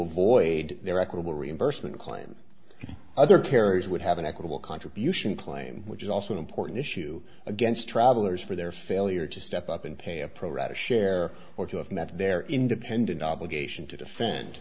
avoid their equitable reimbursement claim other carriers would have an equitable contribution claim which is also an important issue against travelers for their failure to step up and pay a pro rata share or to have met their independent obligation to defend